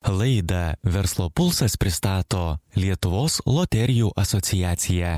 laidą verslo pulsas pristato lietuvos loterijų asociacija